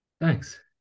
Thanks